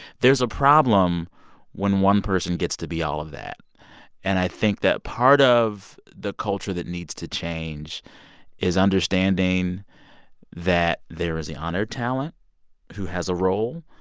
there's a problem when one person gets to be all of that and i think that part of the culture that needs to change is understanding that there is the on-air talent who has a role,